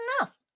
enough